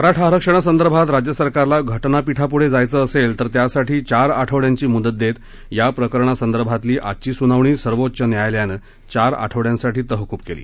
मराठा आरक्षणासंदर्भात राज्य सरकारला घटनापीठापुढे जायचं असेल तर त्यासाठी चार आठवड्यांची मूदत देत या प्रकरणासंदर्भातली आजची सुनावणी सर्वोच्च न्यायालयानं चार आठवड्यांसाठी तहकुब केली